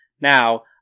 now